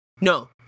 No